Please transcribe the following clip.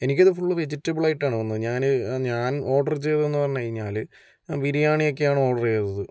എനിക്കിത് ഫുള്ള് വെജിറ്റബിളായിട്ടാണ് വന്നത് ഞാന് ഞാൻ ഓഡർ ചെയ്തതെന്ന് പറഞ്ഞു കഴിഞ്ഞാല് ബിരിയാണിയൊക്കെയാണ് ഓഡറെയ്തത്